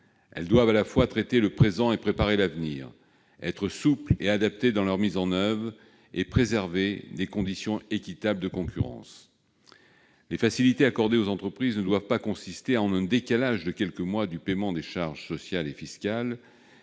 Elles doivent à la fois traiter le présent et préparer l'avenir, être souples et adaptées dans leur mise en oeuvre, tout en préservant des conditions équitables de concurrence. Les facilités accordées aux entreprises ne doivent pas consister en un décalage de quelques mois du paiement des charges sociales et fiscales